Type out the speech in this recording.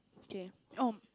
okay oh